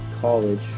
college